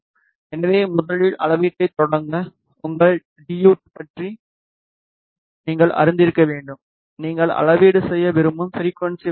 எனவே முதலில் அளவீட்டைத் தொடங்க உங்கள் டி யு டி பற்றி நீங்கள் அறிந்திருக்க வேண்டும் நீங்கள் அளவீடு செய்ய விரும்பும் ஃபிரிக்குவன்ஸி வரம்பு என்ன